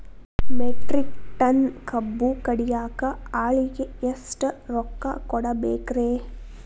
Metric ton ಕಬ್ಬು ಕಡಿಯಾಕ ಆಳಿಗೆ ಎಷ್ಟ ರೊಕ್ಕ ಕೊಡಬೇಕ್ರೇ?